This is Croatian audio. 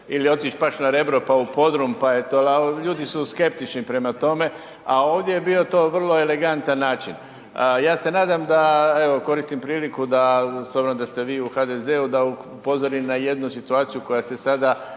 ili otić baš na Rebro pa u podrum, pa je to, ali ljudi su skeptični prema tome, a ovdje je bio to vrlo elegantan način. Ja se nadam da evo koristim priliku da, s obzirom da ste vi u HDZ-u, da upozori na jednu situaciju koja se sada